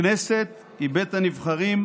הכנסת היא בית הנבחרים,